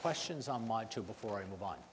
questions on my job before i move on